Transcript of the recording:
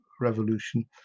revolution